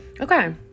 okay